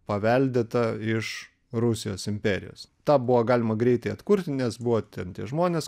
paveldėta iš rusijos imperijos tą buvo galima greitai atkurti nes buvo ten tie žmonės